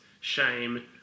shame